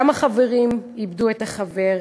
גם החברים איבדו את החבר,